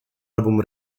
album